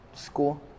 School